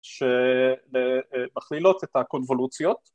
שמכלילות את הקונבולוציות